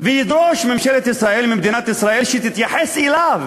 וידרוש מממשלת ישראל, ממדינת ישראל, שתתייחס אליו